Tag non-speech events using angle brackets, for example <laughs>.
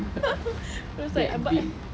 <laughs> was like I'm ba~